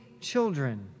children